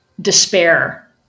despair